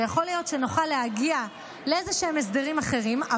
ויכול להיות שנוכל להגיע להסדרים אחרים,